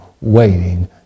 waiting